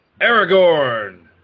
Aragorn